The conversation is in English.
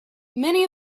many